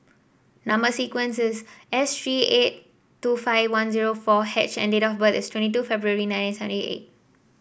number sequence is S three eight two five one zero four H and date of birth is twenty two February nineteen seventy eight